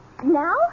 now